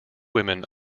women